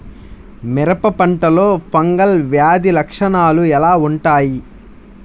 మిరప పంటలో ఫంగల్ వ్యాధి లక్షణాలు ఎలా వుంటాయి?